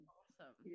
awesome